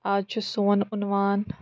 آز چھُ سون عنوان